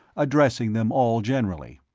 addressing them all generally.